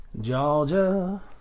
Georgia